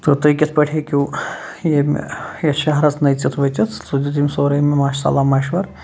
تہٕ تُہۍ کِتھ پٲٹھۍ ہیٚکِو ییٚمہِ یَتھ شہرَس نٔژِتھ ؤژِتھ سُہ دیُت أمۍ سورُے مےٚ ماشاء اللہ مَشوَرٕ